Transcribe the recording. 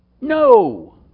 No